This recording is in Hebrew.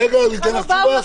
רגע, הוא ייתן לך תשובה.